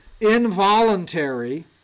involuntary